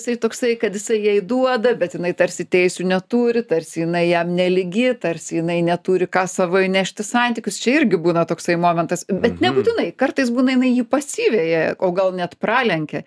jisai toksai kad jisai jai duoda bet jinai tarsi teisių neturi tarsi jinai jam nelygi tarsi jinai neturi ką savo įnešt į santykius čia irgi būna toksai momentas bet nebūtinai kartais būna jinai jį pasiveja o gal net pralenkia